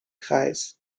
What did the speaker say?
kreis